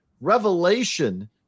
revelation